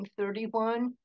1931